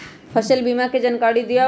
फसल बीमा के जानकारी दिअऊ?